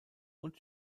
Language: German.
und